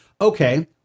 okay